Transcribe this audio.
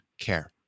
care